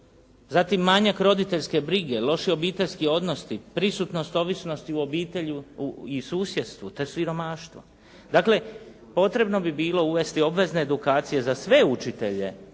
Zatim manjak roditeljske brige, loši obiteljski odnosi, prisutnost ovisnosti u obitelji i susjedstvu te siromaštvo. Dakle potrebno bi bilo uvesti obvezne edukacije za sve učitelje,